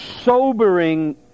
sobering